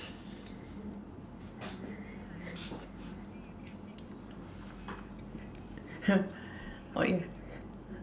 or it